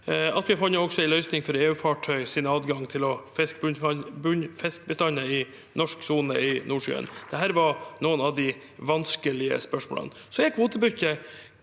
at vi også fant en løsning for EU-fartøyers adgang til å fiske bunnfiskbestander i norsk sone i Nordsjøen. Dette var noen av de vanskelige spørsmålene.